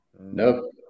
Nope